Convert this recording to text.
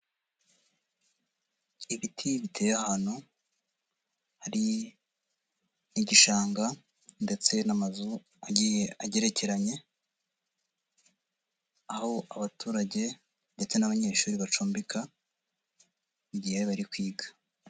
Ibiti biteye ahantu hari nk'igishanga ndetse n'amazu agiye agerekeranye, aho abaturage ndetse n'abanyeshuri bacumbika igihe bari kwiga.